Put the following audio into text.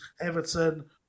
Everton